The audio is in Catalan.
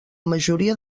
majoria